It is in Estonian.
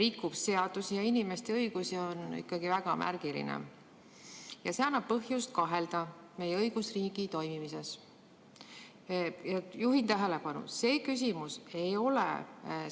rikub seadusi ja inimeste õigusi, on ikkagi väga märgiline ja annab põhjust kahelda meie õigusriigi toimimises. Juhin tähelepanu, et see küsimus ei ole